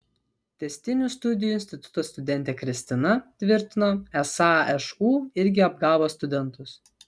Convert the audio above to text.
tęstinių studijų instituto studentė kristina tvirtino esą šu irgi apgavo studentus